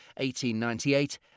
1898